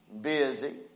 busy